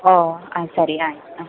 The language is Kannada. ಓಹ್ ಆಂ ಸರಿ ಆಯ್ತು ಆಂ